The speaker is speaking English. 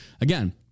again